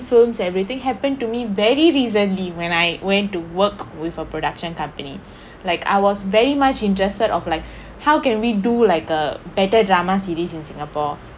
films everything happened to me very recently when I went to work with a production company like I was very much interested of like how can we do like a better drama series in singapore